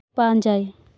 ᱯᱟᱸᱡᱟᱭ